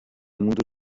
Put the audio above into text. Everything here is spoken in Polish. mundur